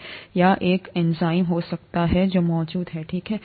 या एक एंजाइम हो सकता है जो मौजूद है ठीक है